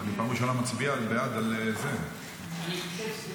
אני פעם ראשונה מצביע בעד על --- אני חושב שזו